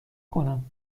کنم